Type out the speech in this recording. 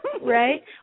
Right